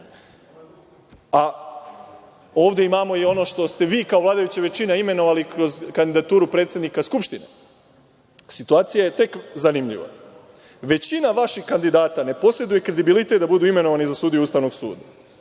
a ovde imamo i ono što ste vi kao vladajuća većina imenovali kroz kandidaturu predsednika Skupštine, situacija je tek zanimljiva. Većina vaših kandidata ne poseduje kredibilitet da budu imenovani za sudiju Ustavnog suda.